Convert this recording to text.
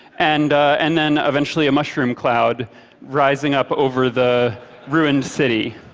and and then eventually a mushroom cloud rising up over the ruined city.